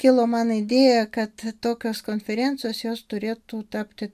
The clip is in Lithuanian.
kilo man idėja kad tokios konferencijos jos turėtų tapti